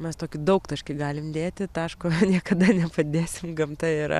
mes tokį daugtaškį galim dėti taško niekada nepadėsim gamta yra